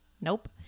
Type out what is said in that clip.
Nope